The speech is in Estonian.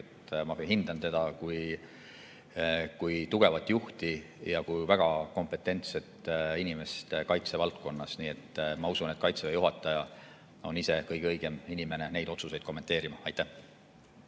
Ma hindan teda kui tugevat juhti ja väga kompetentset inimest kaitsevaldkonnas. Nii et ma usun, et Kaitseväe juhataja on kõige õigem inimene neid otsuseid kommenteerima. Aitäh!